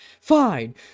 fine